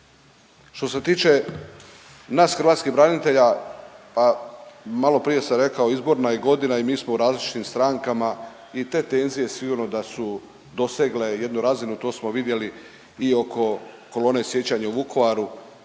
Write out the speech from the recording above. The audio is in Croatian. Što se tiče nas hrvatskih branitelja malo prije sam rekao izborna je godina i mi smo u različitim strankama i te tenzije sigurno da su dosegle jednu razinu, to smo vidjeli i oko kolone sjećanja u Vukovaru